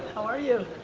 how are you?